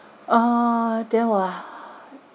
uh there were